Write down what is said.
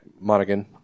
Monaghan